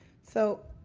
so